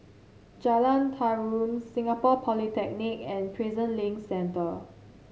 Jalan Tarum Singapore Polytechnic and Prison Link Centre